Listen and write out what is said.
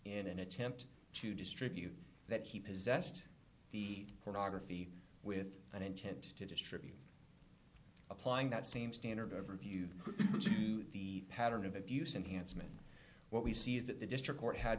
in an attempt to distribute that he possessed the pornography with an intent to distribute applying that same standard of review to the pattern of abuse and hansen what we see is that the district court had